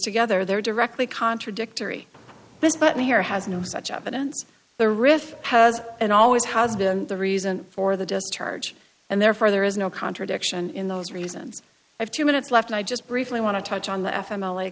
together they're directly contradictory this button here has no such evidence the riff has and always has been the reason for the discharge and therefore there is no contradiction in those reasons i have two minutes left i just briefly want to touch on the f m